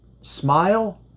smile